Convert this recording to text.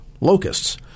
locusts